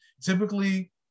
typically